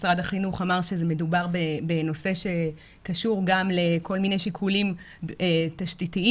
משרד החינוך אמר שמדובר בנושא שקשור גם לכל מיני שיקולים תשתיתיים,